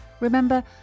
Remember